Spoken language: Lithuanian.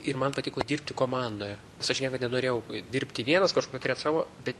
ir man patiko dirbti komandoje nes aš niekad nenorėjau dirbti vienas kažką turėt savo bet